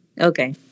okay